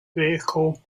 vehicle